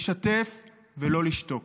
לשתף ולא לשתוק.